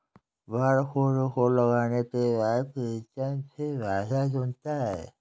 barcode को लगाने के बाद प्रीतम फिर भाषा चुनता है